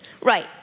Right